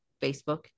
Facebook